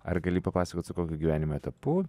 ar gali papasakot su kokiu gyvenime etapu